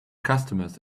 customers